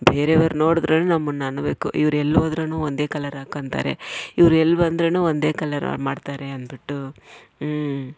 ಬೇರೆಯವರು ನೋಡಿದ್ರೇನೆ ನಮ್ಮನ್ನು ಅನ್ಬೇಕು ಇವ್ರು ಎಲ್ಲಿ ಹೋದ್ರೂ ಒಂದೇ ಕಲರ್ ಹಾಕ್ಕೊಳ್ತಾರೆ ಇವ್ರು ಎಲ್ಲಿ ಬಂದ್ರು ಒಂದೇ ಕಲರ್ ಮಾಡ್ತಾರೆ ಅಂದ್ಬಿಟ್ಟು ಹ್ಞೂ